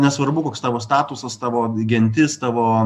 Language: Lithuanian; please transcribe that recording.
nesvarbu koks tavo statusas tavo gentis tavo